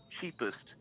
cheapest